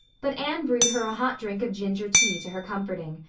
but anne brewed her a hot drink of ginger tea to her comforting.